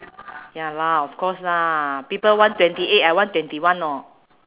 ya lah of course lah people want twenty eight I want twenty one orh